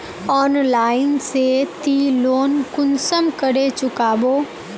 Online से ती loan कुंसम करे चुकाबो?